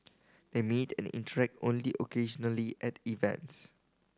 they meet and interact only occasionally at events